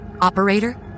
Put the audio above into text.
Operator